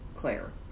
Claire